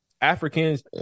Africans